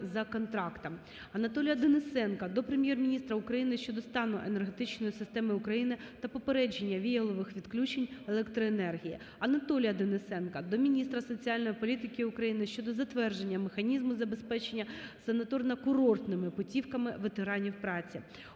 Анатолія Денисенка до Прем'єр-міністра України щодо стану енергетичної системи України та попередження віялових відключень електроенергії. Анатолія Денисенка до міністра соціальної політики України щодо затвердження механізму забезпечення санаторно-курортними путівками ветеранів праці.